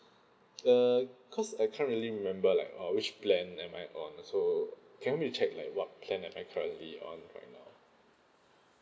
err cause I can't really remember like err which plan am I on so can you check like what plan am I currently on right now